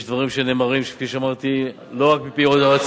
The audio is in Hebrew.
יש דברים שנאמרים, כפי שאמרתי, לא רק מפי יועצים,